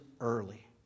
early